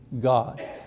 God